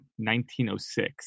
1906